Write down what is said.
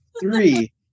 three